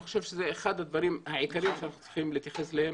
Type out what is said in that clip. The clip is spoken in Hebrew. חושב שזה אחד הדברים העיקריים שאנחנו צריכים להתייחס אליהם